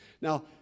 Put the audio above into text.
Now